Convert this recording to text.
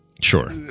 Sure